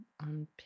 on